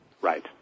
right